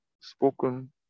spoken